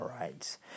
rights